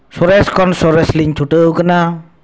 ᱥᱚᱨᱮᱥ ᱠᱷᱚᱱ ᱥᱚᱨᱮᱞᱤᱧ ᱪᱷᱩᱴᱟᱹᱣ ᱟᱠᱟᱱᱟ